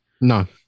No